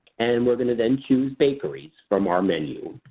and we're going to then choose bakeries from our menus.